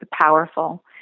powerful